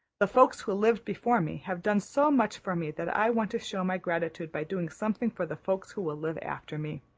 the folks who lived before me have done so much for me that i want to show my gratitude by doing something for the folks who will live after me.